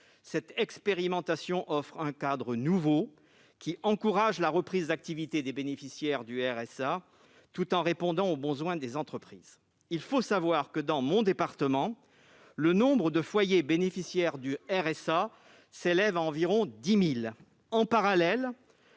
cette expérimentation offre un nouveau cadre qui encourage la reprise d'activité des bénéficiaires du RSA, tout en répondant aux besoins des entreprises. Il faut savoir que, dans mon département, le nombre de foyers bénéficiaires du RSA s'élève à environ 10 000. En parallèle,